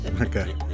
Okay